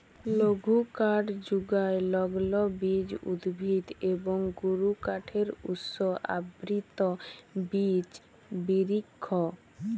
লঘুকাঠ যুগায় লগ্লবীজ উদ্ভিদ এবং গুরুকাঠের উৎস আবৃত বিচ বিরিক্ষ